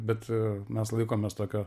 bet mes laikomės tokio